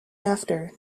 after